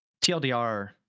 TLDR